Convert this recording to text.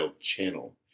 channel